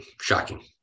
Shocking